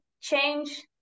change